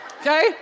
Okay